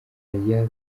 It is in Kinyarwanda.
aya